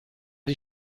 die